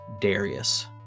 Darius